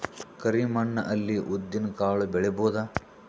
ಕರಿ ಮಣ್ಣ ಅಲ್ಲಿ ಉದ್ದಿನ್ ಕಾಳು ಬೆಳಿಬೋದ?